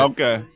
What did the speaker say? Okay